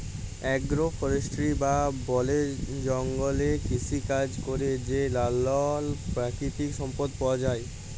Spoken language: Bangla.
এগ্র ফরেস্টিরি বা বলে জঙ্গলে কৃষিকাজে ক্যরে যে লালাল পাকিতিক সম্পদ পাউয়া যায়